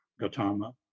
Gautama